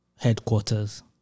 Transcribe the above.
headquarters